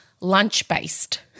lunch-based